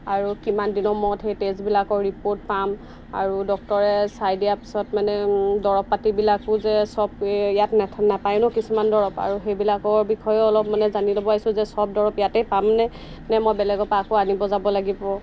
আৰু কিমান দিনৰ মূৰত সেই টেষ্টবিলাকৰ ৰিপৰ্ট পাম আৰু ডক্টৰে চাই দিয়া পিছত মানে দৰৱ পাতিবিলাকো যে চব ইয়াত নাপায় ন কিছুমান দৰৱ আৰু সেইবিলাকৰ বিষয়েও অলপ মানে জানি ল'ব আহিছোঁ যে চব দৰৱ ইয়াতে পামনে নে মই বেলেগৰপৰা আকৌ আনিব যাব লাগিব